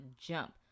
jump